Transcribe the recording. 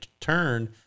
turn